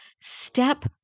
step